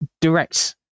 direct